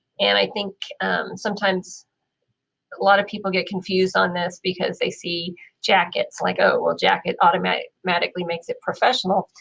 and i think sometimes a lot of people get confused on this because they see jackets, like oh well, jacket automatically automatically makes it professional,